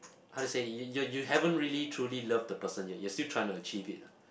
how to say you you you haven't really truly love the person yet you're still trying to achieve it lah